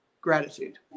gratitude